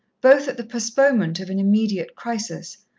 both at the postponement of an immediate crisis,